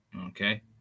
okay